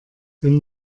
wenn